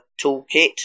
toolkit